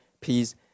peace